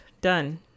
Done